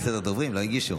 אין סדר דוברים, לא הגישו.